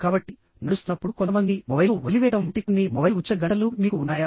కాబట్టి నడుస్తున్నప్పుడు కొంతమంది మొబైల్ను వదిలివేయడం వంటి కొన్ని మొబైల్ ఉచిత గంటలు మీకు ఉన్నాయా